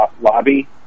lobby